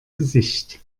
gesicht